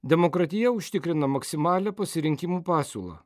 demokratija užtikrina maksimalią pasirinkimų pasiūlą